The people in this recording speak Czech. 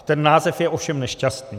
Ten název je ovšem nešťastný.